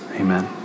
Amen